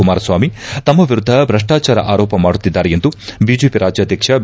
ಕುಮಾರಸ್ವಾಮಿ ತಮ್ಮ ವಿರುದ್ಧ ಭ್ರಷ್ಟಾಚಾರ ಆರೋಪ ಮಾಡುತ್ತಿದ್ದಾರೆ ಎಂದು ಬಿಜೆಪಿ ರಾಜ್ಕಾಧ್ಯಕ್ಷ ಬಿ